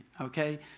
okay